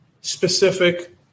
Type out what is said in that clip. specific